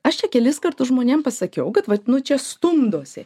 aš čia kelis kartus žmonėm pasakiau kad vat nu čia stumdosi